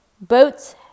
Boats